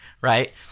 right